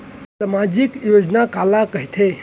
सामाजिक योजना काला कहिथे?